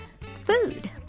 food